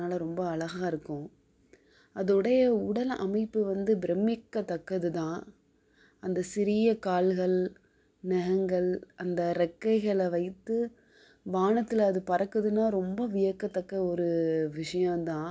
அதனால் ரொம்ப அழகா இருக்கும் அதோடைய உடல் அமைப்பு வந்து பிரம்மிக்கதக்கதுதான் அந்த சிறிய கால்கள் நகங்கள் அந்த றெக்கைகள வைத்து வானத்தில் அது பறக்குதுன்னா ரொம்ப வியக்கத்தக்க ஒரு விஷயம்தான்